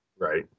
Right